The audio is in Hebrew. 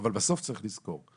אבל בסוף צריך לזכור,